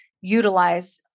utilize